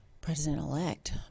President-Elect